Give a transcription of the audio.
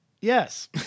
Yes